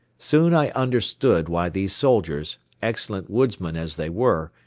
soon i understood why these soldiers, excellent woodsmen as they were,